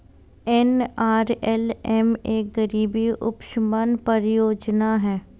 NRLM एक गरीबी उपशमन परियोजना है